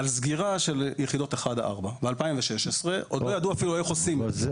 על סגירה של יחידות 4-1. זה ב-2016 ועוד אפילו לא ידעו איך עושים את זה.